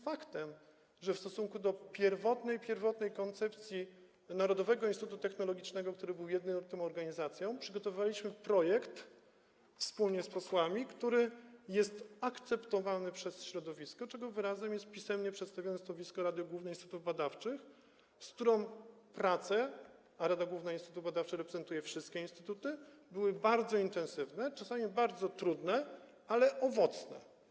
Faktem jest, że w stosunku do pierwotnej koncepcji Narodowego Instytutu Technologicznego, który był jedyną organizacją, przygotowaliśmy projekt wspólnie z posłami, który jest akceptowany przez środowisko, czego wyrazem jest pisemnie przedstawione stanowisko Rady Głównej Instytutów Badawczych, z którą prace, a Rada Główna Instytutów Badawczych reprezentuje wszystkie instytuty, były bardzo intensywne, czasami bardzo trudne, ale owocne.